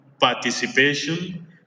participation